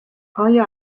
آیا